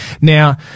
Now